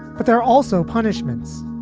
but there are also punishments